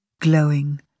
glowing